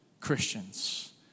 Christians